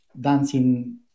dancing